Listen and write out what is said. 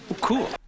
Cool